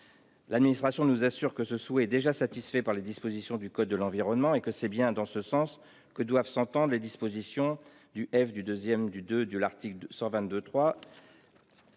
L'administration nous assure que ce souhait est déjà satisfait par les dispositions du code de l'environnement, et que c'est bien dans ce sens que doivent s'entendre les dispositions du du 2° du II de l'article 122-3.